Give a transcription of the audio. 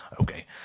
Okay